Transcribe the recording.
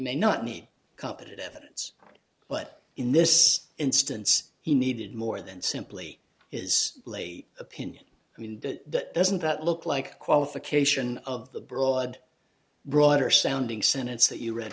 may not need competent evidence but in this instance he needed more than simply is late opinion i mean that doesn't that look like a qualification of the broad broader sounding sentence that you read